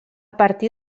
partir